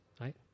right